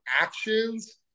actions